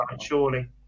surely